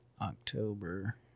October